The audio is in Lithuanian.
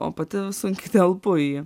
o pati sunkiai telpu į